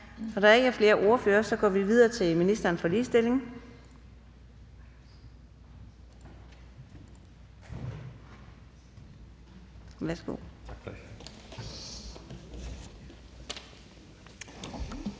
Da der ikke er flere ordførere, går vi videre til ministeren for ligestilling.